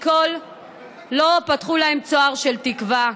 לא פתחו להם צוהר של תקווה.